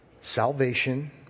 salvation